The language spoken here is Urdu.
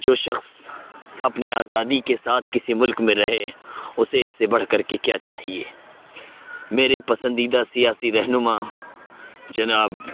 جو شخص اپنی آزادی کے ساتھ کسی ملک میں رہے اسے اس سے بڑھ کر کے کیا چاہیے میرے پسندیدہ سیاسی رہنما جناب